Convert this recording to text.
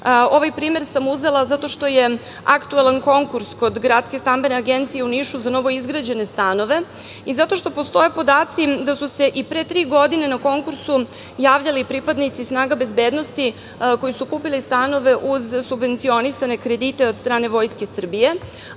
Ovaj primer sam uzela zato što je aktuelan konkurs kod Gradske stambene agencije u Nišu za novoizgrađene stanove i zato što postoje podaci da su se i pre tri godine na konkursu javljali pripadnici snaga bezbednosti koji su kupili stanove uz subvencionisane kredite od strane Vojske Srbije.